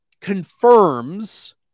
confirms